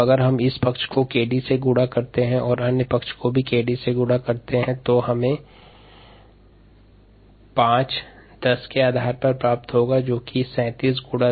यदि एक पक्ष को 𝑘𝑑 से गुणा करते हैं तब दुसरे पक्ष को भी 𝑘𝑑 से गुणा करेंगे तब हमे 5 log10 के आधार पर प्राप्त होगा जो 537 × 10−3 𝑠−1 होगा